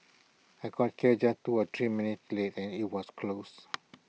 but I got here just two or three minutes late and IT was closed